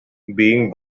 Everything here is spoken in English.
being